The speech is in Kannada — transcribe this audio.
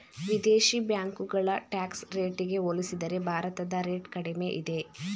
ವಿದೇಶಿ ಬ್ಯಾಂಕುಗಳ ಟ್ಯಾಕ್ಸ್ ರೇಟಿಗೆ ಹೋಲಿಸಿದರೆ ಭಾರತದ ರೇಟ್ ಕಡಿಮೆ ಇದೆ